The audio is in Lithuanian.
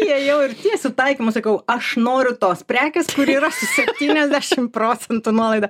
įėjau ir tiesiu taikymu sakau aš noriu tos prekės kur yra septyniasdešimt procentų nuolaida